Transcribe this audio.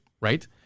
right